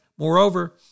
Moreover